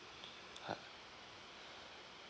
ha